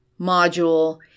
module